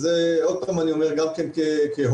שוב אני אומר את זה כהורה,